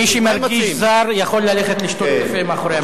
מי שמרגיש זר יכול ללכת לשתות קפה מאחורי המליאה.